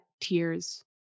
tears